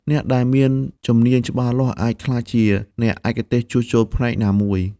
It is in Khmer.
អ្នកដែលមានជំនាញច្បាស់លាស់អាចក្លាយជាអ្នកឯកទេសជួសជុលផ្នែកណាមួយ។